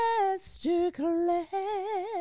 Masterclass